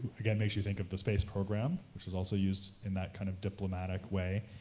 again, makes you think of the space program, which is also used in that kind of diplomatic way,